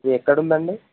ఇది ఎక్కడ ఉందండి